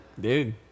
Dude